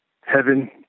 heaven